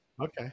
okay